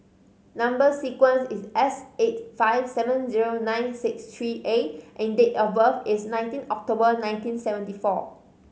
number sequence is S eight five seven zero nine six three A and date of birth is nineteen October nineteen seventy four